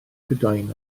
prydain